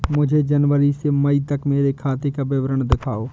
मुझे जनवरी से मई तक मेरे खाते का विवरण दिखाओ?